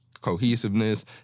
cohesiveness